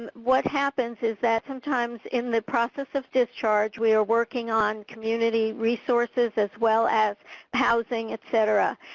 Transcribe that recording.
what happens is that sometimes in the process of discharge we're working on community resources as well as housing etc,